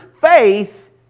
faith